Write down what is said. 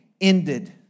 ended